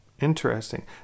interesting